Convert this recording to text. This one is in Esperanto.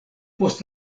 post